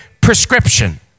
prescription